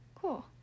Cool